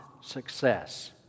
success